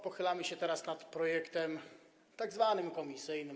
Pochylamy się teraz nad projektem tzw. komisyjnym.